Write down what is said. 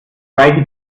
reiche